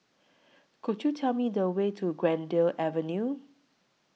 Could YOU Tell Me The Way to Greendale Avenue